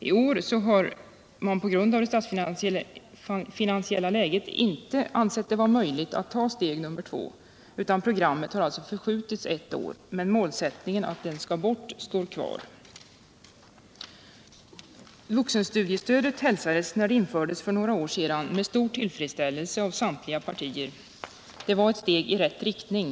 I år har man på grund av det statsfinansiella läget inte ansett det vara möjligt att ta steg nr 2. Programmet har alltså förskjutits ett år, men målet att den skall bort står kvar. Vuxenstudiestödet hälsades, när det infördes för några år sedan, med stor tillfredsställelse av samtliga partier. Det var ett steg i rätt riktning.